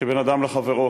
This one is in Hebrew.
שבין אדם לחברו.